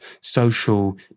social